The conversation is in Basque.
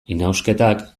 inausketak